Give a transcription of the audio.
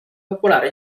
popolare